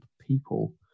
people